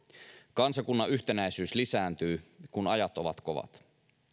kansakunnan yhtenäisyys lisääntyy kun ajat ovat kovat